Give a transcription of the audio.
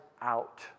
out